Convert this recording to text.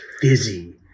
fizzy